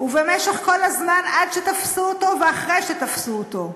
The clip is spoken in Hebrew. ובמשך כל הזמן עד שתפסו אותו ואחרי שתפסו אותו,